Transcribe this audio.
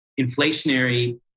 inflationary